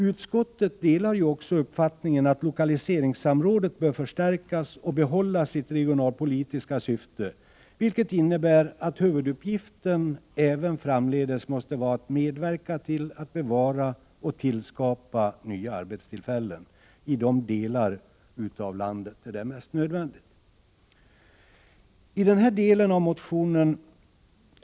Utskottet delar också uppfattningen att lokaliseringssamrådet bör förstärkas och behålla sin regionalpolitiska betydelse, vilket innebär att huvuduppgiften även framdeles måste vara att medverka till att bevara och skapa nya arbetstillfällen i de delar av landet där det är mest nödvändigt.